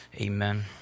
Amen